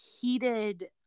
heated